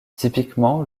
typiquement